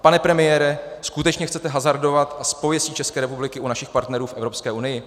Pane premiére, skutečně chcete hazardovat s pověstí České republiku u našich partnerů v Evropské unii?